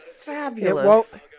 fabulous